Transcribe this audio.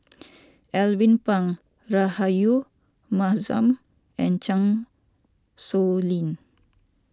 Alvin Pang Rahayu Mahzam and Chan Sow Lin